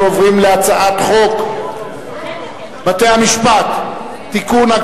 אנחנו עוברים להצעת חוק בתי-המשפט (תיקון,